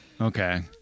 Okay